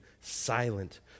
silent